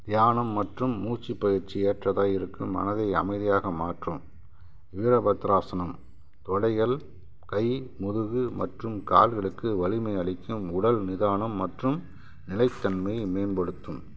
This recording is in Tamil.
தியானம் மற்றும் மூச்சு பயிற்சி ஏற்றதாய் இருக்கும் மனதை அமைதியாக மாற்றும் வீரபத்ராசனம் தொடைகள் கை முதுகு மற்றும் கால்களுக்கு வலிமை அளிக்கும் உடல் நிதானம் மற்றும் நிலைத்தன்மையை மேம்படுத்தும்